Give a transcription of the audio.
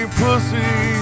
pussy